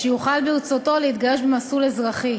שיוכל, ברצותו, להתגרש במסלול אזרחי.